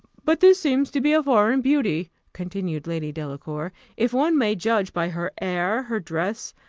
but this seems to be foreign beauty, continued lady delacour, if one may judge by her air, her dress,